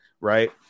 right